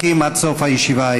עבד אל חכים חאג' יחיא,